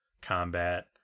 combat